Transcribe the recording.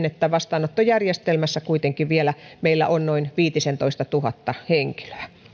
että vastaanottojärjestelmässä kuitenkin vielä meillä on noin viitisentoistatuhatta henkilöä